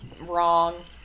wrong